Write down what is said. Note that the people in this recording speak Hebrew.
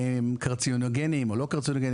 האם הם קרצינוגנים או לא קרצינוגנים,